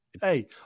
Hey